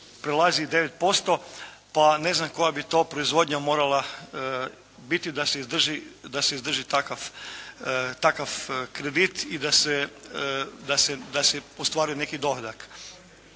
prelazi 9% pa ne znam koja bi to proizvodnja morala biti da se izdrži takav kredit i da se ostvaruje neki dohodak.